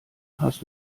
hast